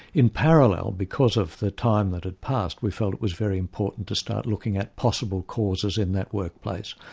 in parallel because of the time that had passed we felt that it was very important to start looking at possible causes in that workplace.